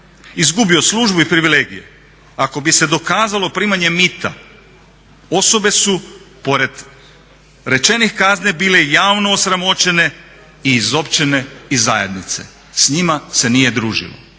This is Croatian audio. izgubio službu i privilegije ako bi se dokazalo primanje mita osobe su pored rečene kazne bile javno osramoćene i izopćene iz zajednice. Sa njima se nije družilo.